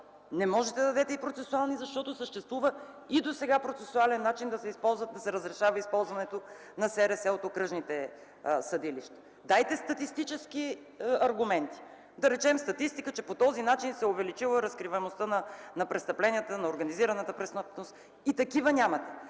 Не можете да дадете и процесуални, защото и досега съществува процесуален начин да се разрешава използването на СРС-та от окръжните съдилища. Дайте статистически аргументи! Например статистика, че по този начин се е увеличила разкриваемостта на престъпленията, на организираната престъпност. И такива нямате.